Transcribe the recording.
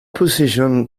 position